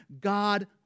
God